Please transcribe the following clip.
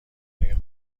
آیا